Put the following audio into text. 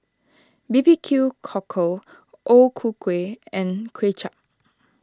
B B Q Cockle O Ku Kueh and Kuay Chap